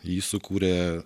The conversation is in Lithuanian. jį sukūrė